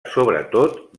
sobretot